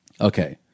Okay